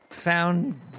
found